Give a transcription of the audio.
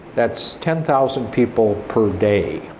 that's ten thousand people per day.